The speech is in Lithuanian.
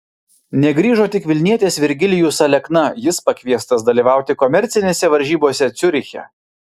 negrįžo tik vilnietis virgilijus alekna jis pakviestas dalyvauti komercinėse varžybose ciuriche